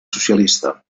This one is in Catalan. socialista